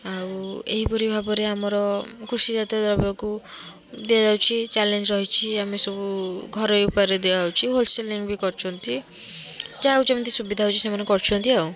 ଆଉ ଏହିପରି ଭାବରେ ଆମର କୃଷିଜାତୀୟ ଦ୍ରବ୍ୟକୁ ଦିଆଯାଉଛି ଚ୍ୟାଲେଞ୍ଜ୍ ରହିଛି ଆମେ ସବୁ ଘରୋଇ ଉପାୟରେ ଦିଆଯାଉଛି ହୋଲସେଲିଂ ବି କରୁଛନ୍ତି ଯାହାକୁ ଯେମିତି ସୁବିଧା ହେଉଛି ସେମାନେ କରୁଛନ୍ତି ଆଉ